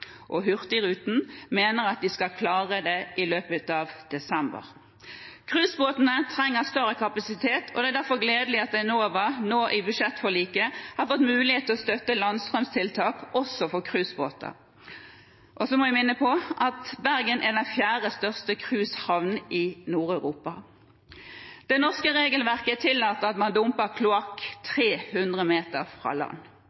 og Hurtigruten mener at de skal klare det i løpet av desember. Cruisebåtene trenger større kapasitet, og det er derfor gledelig at Enova i budsjettforliket nå har fått mulighet til å støtte landstrømtiltak også for cruisebåter. Jeg må minne om at Bergen er den fjerde største cruisehavnen i Nord-Europa. Det norske regelverket tillater at man dumper kloakk 300 meter fra land.